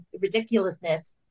ridiculousness